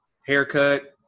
Haircut